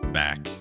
back